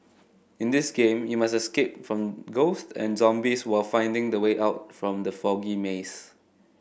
in this game you must escape from ghosts and zombies while finding the way out from the foggy maze